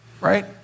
right